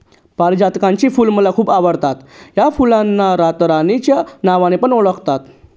पारीजातकाची फुल मला खूप आवडता या फुलांना रातराणी च्या नावाने पण ओळखतात